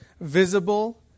visible